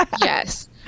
Yes